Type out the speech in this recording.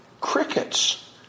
crickets